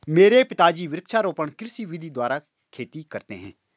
मेरे पिताजी वृक्षारोपण कृषि विधि द्वारा खेती करते हैं